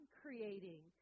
creating